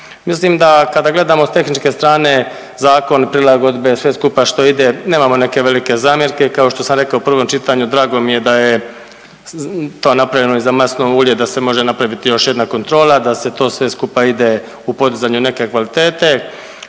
Mislim da kada gledamo s tehničke strane zakon i prilagodbe sve skupa što ide, nemamo neke velike zamjerke. Kao što sam rekao u prvom čitanju drago mi je da je to napravljeno i za maslinovo ulje da se može napraviti još jedna kontrola, da se to sve skupa ide u podizanje neke kvalitete,